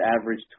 average